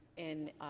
in